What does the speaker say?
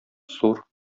зур